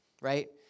right